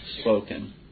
spoken